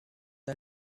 the